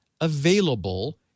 available